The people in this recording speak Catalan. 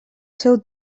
seu